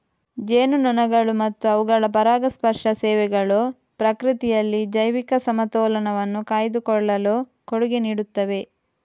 ಜೇನುನೊಣಗಳು ಮತ್ತು ಅವುಗಳ ಪರಾಗಸ್ಪರ್ಶ ಸೇವೆಗಳು ಪ್ರಕೃತಿಯಲ್ಲಿ ಜೈವಿಕ ಸಮತೋಲನವನ್ನು ಕಾಯ್ದುಕೊಳ್ಳಲು ಕೊಡುಗೆ ನೀಡುತ್ತವೆ